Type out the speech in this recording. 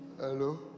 Hello